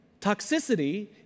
toxicity